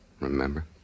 remember